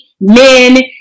men